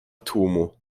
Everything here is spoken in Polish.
tłumu